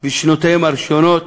בשנותיהם הראשונות,